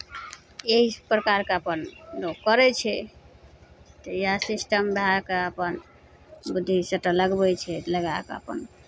एहि प्रकारके अपन लोक करै छै तऽ इएह सिस्टम भए कऽ अपन बुद्धि सभटा लगबै छै लगा कऽ अपन